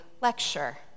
lecture